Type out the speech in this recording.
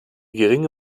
geringe